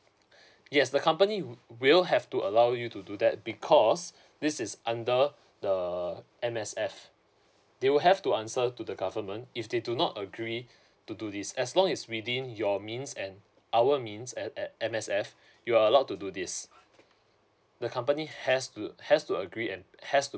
yes the company will have to allow you to do that because this is under the M_S_F they will have to answer to the government if they do not agree to do this as long is within your means and our means at at M_S_F you are allowed to do this the company has to has to agree and has to